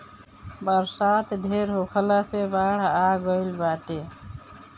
बरसात ढेर होखला से बाढ़ आ गइल बाटे